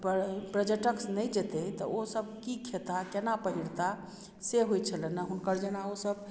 पर्यटक नहि जेतै तऽ ओ सब की खेताह केना पहिरताह से होइ छलनि हुनकर जेना ओ सब